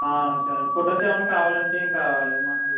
సరేండి ఫోటోస్ ఏమైనా కావాలంటే ఇంక ఏ మాత్రం